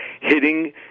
hitting